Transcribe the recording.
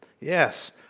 Yes